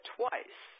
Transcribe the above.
twice